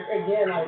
again